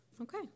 Okay